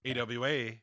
AWA